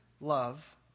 love